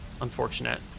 Unfortunate